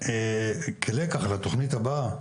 כלקח לתכנית הבאה,